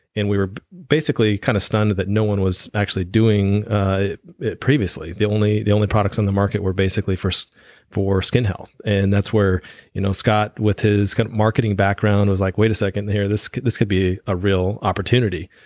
and we were basically kind of stunned that no one was actually doing previously. the only the only products in the market were basically for so for skin health and that's where you know scott with his marketing background was like, wait a second here, this this could be a real opportunity.